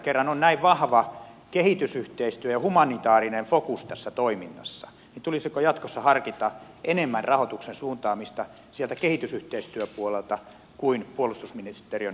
koska on näin vahva kehitysyhteistyö ja humanitaarinen fokus tässä toiminnassa tulisiko jatkossa harkita enemmän rahoituksen suuntaamista sieltä kehitysyhteistyöpuolelta kuin puolustusministeriön hallintoluokasta